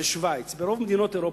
בשווייץ,